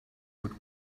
would